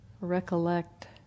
recollect